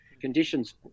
Conditions